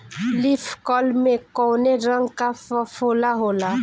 Leaf curl में कौने रंग का फफोला होला?